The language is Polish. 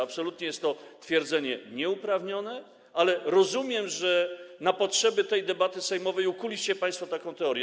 Absolutnie jest to stwierdzenie nieuprawnione, ale rozumiem, że na potrzeby tej debaty sejmowej ukuliście państwo taką teorię.